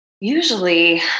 usually